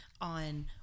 On